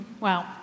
Wow